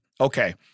Okay